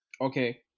Okay